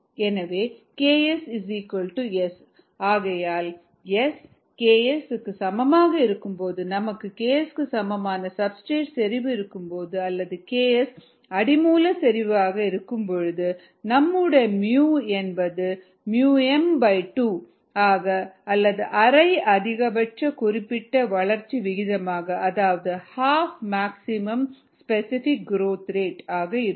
எனவே KS S mSKsSmSSSmS2Sm2 ஆகையால் S Ks க்கு சமமாக இருக்கும்போது நமக்கு Ks க்கு சமமான சப்ஸ்டிரேட் செறிவு இருக்கும்போது அல்லது Ks அடி மூலக்கூறு செறிவாக இருக்கும்போது நம்முடைய µ என்பது µm2 ஆக அல்லது அரை அதிகபட்ச குறிப்பிட்ட வளர்ச்சி விகிதமாக அதாவது half maximum specific growth rate ஆக இருக்கும்